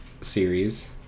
Series